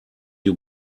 you